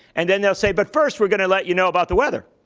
and then they'll say, but first, we're going to let you know about the weather.